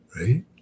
Right